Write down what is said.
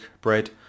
bread